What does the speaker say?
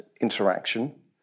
interaction